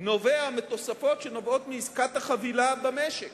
נובע מתוספות שנובעות מעסקת החבילה במשק.